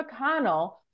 McConnell